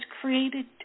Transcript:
created